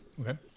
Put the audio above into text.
Okay